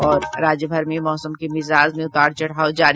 और राज्यभर में मौसम के मिजाज में उतार चढ़ाव जारी